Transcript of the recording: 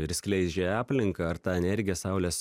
ir skleidžia į aplinką ar tą energiją saulės